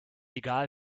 egal